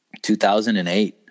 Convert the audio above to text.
2008